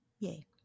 Yay